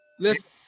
Listen